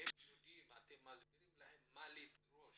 אתם מסבירים להם מה לדרוש?